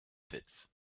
pits